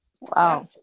Wow